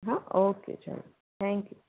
હા ઓકે ચલો થેન્કયૂ